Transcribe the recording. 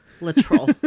Literal